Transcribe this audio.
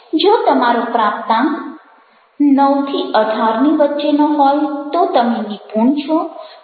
જો તમારો પ્રાપ્તાંક 9 18 ની વચ્ચેનો હોય તો તમે નિપુણ છો